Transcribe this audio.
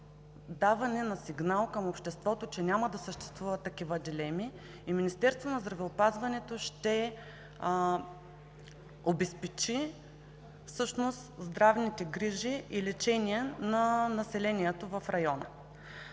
даване на сигнал към обществото, че няма да съществуват такива дилеми и Министерството на здравеопазването ще обезпечи здравните грижи и лечения на населението в района.